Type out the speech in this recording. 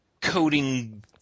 coding